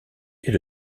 est